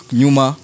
numa